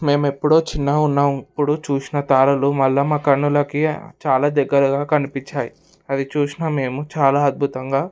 మేము ఎప్పుడో చిన్న ఉన్నాం ఇప్పుడు చూసిన తారలు మల్లమ్మ కన్నులకి చాలా దగ్గరగా కనిపించాయి అది చూసినా మేము చాలా అద్భుతంగా